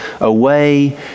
away